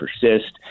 persist